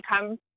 become